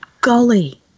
golly